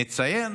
נציין